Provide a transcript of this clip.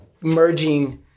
merging